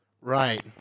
Right